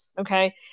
Okay